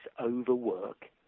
overwork